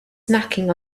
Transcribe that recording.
snacking